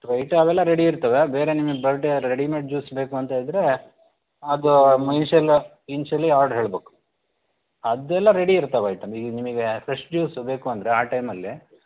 Sprite ಅವೆಲ್ಲ ready ಇರ್ತಾವೆ ಬೇರೆ ನಿಮಗೆ ಬರ್ಡೇ ರೆಡಿ ಮೇಡ್ ಜ್ಯೂಸ್ ಬೇಕು ಅಂಥೇಳ್ಧ್ರೆ ಅದೂ ಮೀಶಲ್ ಇನ್ಶಲಿ ಆರ್ಡ್ರ್ ಹೇಳಬೇಕು ಅದೆಲ್ಲ ರೆಡಿ ಇರ್ತಾವೆ ಐಟಮ್ ಈಗ ನಿಮಗೆ ಫ್ರೆಶ್ ಜ್ಯೂಸ್ ಬೇಕು ಅಂದರೆ ಆ ಟೈಮಲ್ಲಿ